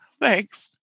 Thanks